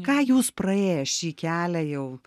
ką jūs praėję šį kelią jau